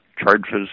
charges